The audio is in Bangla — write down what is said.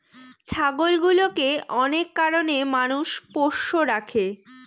ছাগলগুলোকে অনেক কারনে মানুষ পোষ্য রাখে